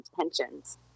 intentions